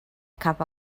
cup